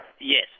Yes